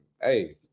Hey